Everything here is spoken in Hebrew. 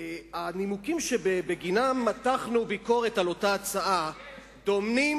הנימוקים שבגינם מתחנו ביקורת על אותה הצעה דומים